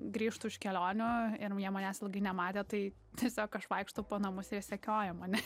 grįžtu iš kelionių ir jie manęs ilgai nematė tai tiesiog aš vaikštau po namus ir jie sekioja mane